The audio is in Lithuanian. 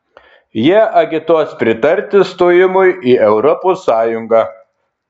jie agituos pritarti stojimui į europos sąjungą